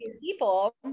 people